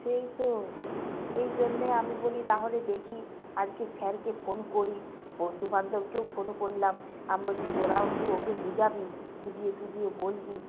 সেই তো এই জন্যে আমি বলি তাহলে দেখি আজকে স্যারকে ফোন করি বন্ধুবান্ধবকেও ফোন করলাম আমি বলছি তোরাও একটু ওকে বোঝাবি বুঝিয়ে টুঝিয়ে বলবি